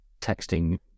texting